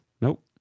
Nope